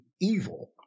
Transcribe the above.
evil